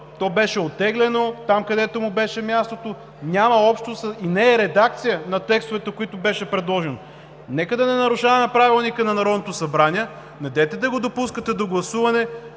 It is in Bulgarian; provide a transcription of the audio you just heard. То беше оттеглено там, където му беше мястото, няма общо и не е редакция на текстовете, които бяха предложени. Нека да не нарушаваме Правилника на Народното събрание, недейте да го допускате до гласуване.